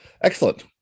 Excellent